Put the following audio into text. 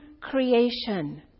creation